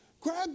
grab